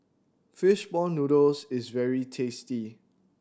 fish ball noodles is very tasty